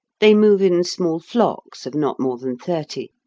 they move in small flocks of not more than thirty,